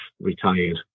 retired